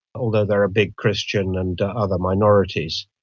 although there are big christian and other minorities.